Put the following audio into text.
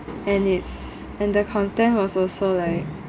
and it's and the content was also like